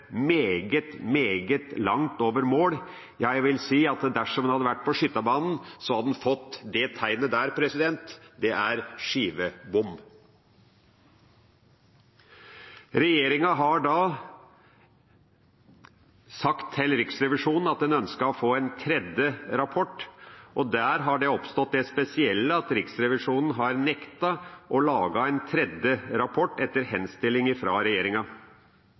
meget, meget langt over mål – ja, jeg vil si at dersom han hadde vært på skytebanen, hadde han fått tegnet for skivebom. Regjeringa har sagt til Riksrevisjonen at den ønsket å få en tredje rapport, og der har det oppstått det spesielle at Riksrevisjonen har nektet å lage en tredje rapport etter henstilling fra regjeringa.